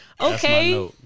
Okay